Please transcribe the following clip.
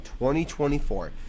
2024